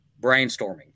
brainstorming